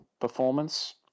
performance